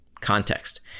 Context